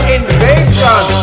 Invasion